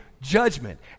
judgment